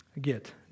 get